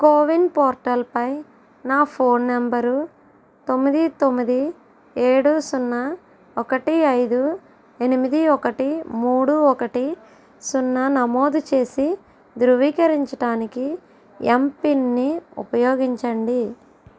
CoWIN portal పై నా phone number తొమ్మిది తొమ్మిది ఏడు సున్నా ఒకటి ఐదు ఎనిమిది ఒకటి మూడు ఒకటి సున్నా నమోదు చేసి ధృవీకరరించటానికి ఏం పిన్ని ఉపయోగించండి